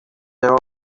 hour